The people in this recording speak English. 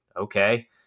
okay